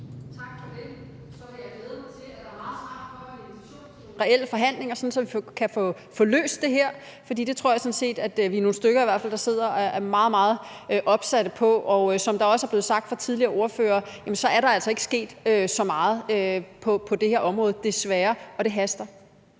Tak for det. Så vil jeg glæde mig til, at der meget snart kommer en invitation til reelle forhandlinger, sådan at vi kan få løst det her, for det tror jeg sådan set at vi i hvert fald er nogle stykker der sidder og er meget, meget opsatte på. Som der også er blevet sagt af tidligere ordførere, er der altså ikke sket så meget på det her område, desværre – og det haster.